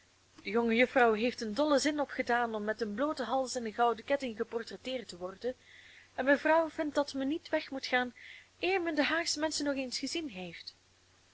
de jonge juffrouw heeft een dollen zin opgedaan om met een blooten hals en een gouden ketting geportretteerd te worden en mevrouw vindt dat men niet weg moet gaan eer men de haagsche menschen nog eens gezien heeft